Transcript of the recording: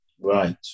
Right